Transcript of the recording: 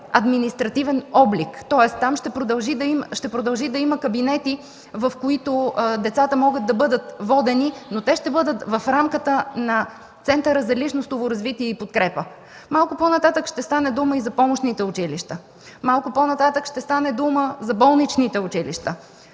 административен облик. Тоест там ще продължи да има кабинети, в които децата могат да бъдат водени, но те ще бъдат в рамките на Центъра за личностно развитие и подкрепа. Малко по-нататък ще стане дума и за помощните училища, и за болничните училища.